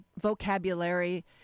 vocabulary